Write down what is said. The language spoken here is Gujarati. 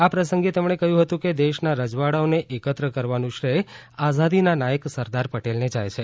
આ પ્રસંગે તેમણે કહ્યું હતું કે દેશના રજવાડાંઓને એકત્ર કરવાનું શ્રેય આઝાદીના નાયક સરદાર પટેલને જાય છે